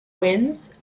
wins